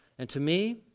and to me,